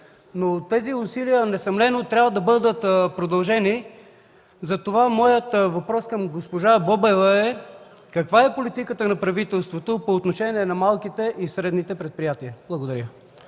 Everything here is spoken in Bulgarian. Тези усилия несъмнено трябва да бъдат продължени, затова моят въпрос към госпожа Бобева е: каква е политиката на правителството по отношение на малките и средните предприятия? Благодаря.